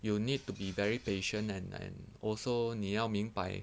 you need to be very patient and and also 你要明白